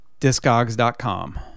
Discogs.com